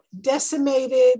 decimated